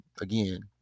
again